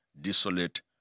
desolate